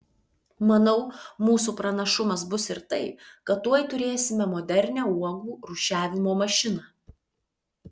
manau mūsų pranašumas bus ir tai kad tuoj turėsime modernią uogų rūšiavimo mašiną